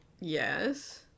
Yes